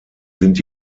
sind